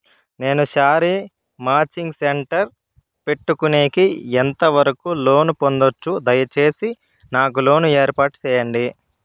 నేను sari matching centre పెట్టుకునేకి ఎంత వరకు లోను పొందొచ్చు? దయసేసి నాకు లోను ఏర్పాటు సేయండి?